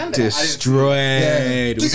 destroyed